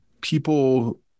people